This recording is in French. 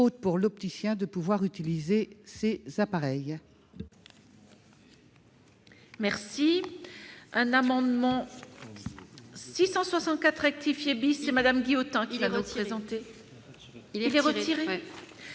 faute, pour l'opticien, de pouvoir utiliser ces appareils.